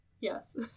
Yes